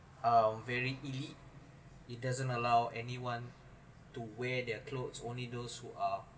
uh very elite it doesn't allow anyone to where their clothes only those who are